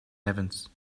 events